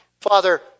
Father